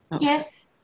Yes